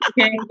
Okay